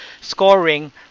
scoring